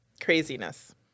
craziness